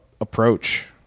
approach